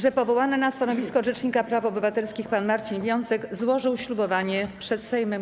że powołany na stanowisko rzecznika praw obywatelskich pan Marcin Wiącek złożył ślubowanie przed Sejmem.